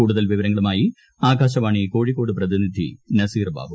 കൂടുതൽ വിവരങ്ങളുമായി ആകാശവാണി കോഴിക്കോട് പ്രതിനിധി നസീർ ബാബു